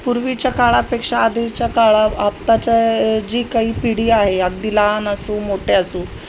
पूर्वीच्या काळापेक्षा आधीच्या काळा आत्ताच्या जी काई पिढी आहे अगदी लहान असो मोठे असो